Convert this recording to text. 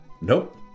nope